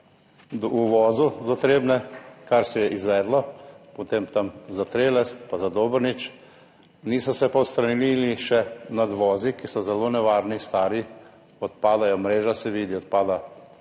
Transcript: uvozu za Trebnje, kar se je izvedlo, potem tam za Treles pa za Dobrnič, niso se pa še odstranili nadvozi, ki so zelo nevarni, stari, odpadajo, mreža se vidi, odpada